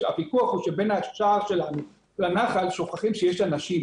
הוויכוח הוא שבין השער שלנו לנחל שוכחים שיש אנשים